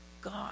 God